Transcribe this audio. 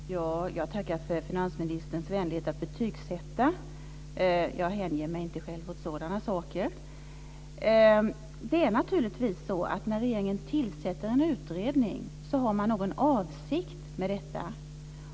Fru talman! Jag tackar finansministern för hans vänlighet att betygssätta. Jag hänger mig inte själv åt sådana saker. Det är naturligtvis så att när regeringen tillsätter en utredning så har man någon avsikt med detta.